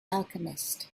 alchemist